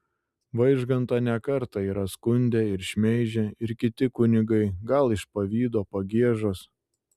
vaižgantą ne kartą yra skundę ar šmeižę ir kiti kunigai gal iš pavydo pagiežos